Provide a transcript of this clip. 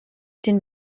den